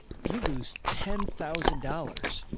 you lose ten thousand dollars.